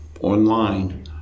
online